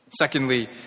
Secondly